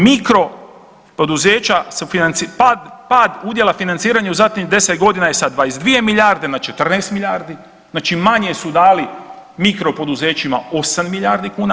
Mikro poduzeća, pad, pad udjela financiranja u zadnjih 10.g. je sa 22 milijarde na 14 milijardi, znači manje su dali mikro poduzećima 8 milijardi kuna.